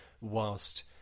whilst